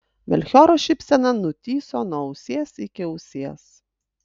melchioro šypsena nutįso nuo ausies iki ausies